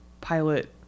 pilot